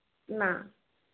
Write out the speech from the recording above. ନା